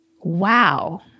Wow